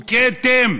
הוא כתם.